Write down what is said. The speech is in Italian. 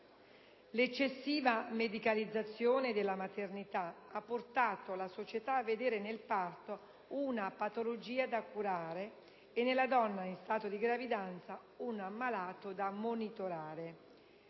L'eccessiva medicalizzazione della maternità ha portato la società a vedere nel parto una patologia da curare e nella donna in stato di gravidanza un malato da monitorare.